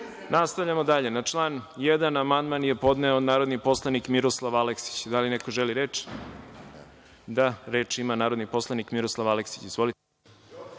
prošlo. Nastavljamo dalje. Na član 1. amandman je podneo narodni poslanik Miroslav Aleksić. Da li neko želi reč? (Da.)Reč ima narodni poslanik Miroslava Aleksić. Izvolite.